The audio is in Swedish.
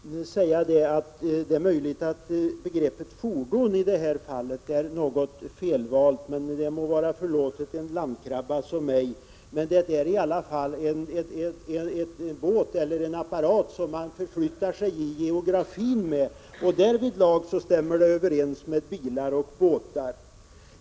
Herr talman! Jag vill bara säga att det är möjligt att begreppet fordon i det här fallet var något illa valt, men det må vara förlåtet en landkrabba som mig. En båt är i alla fall en apparat som man förflyttar sig i geografin med, och därvidlag överensstämmer det mellan bilar och båtar.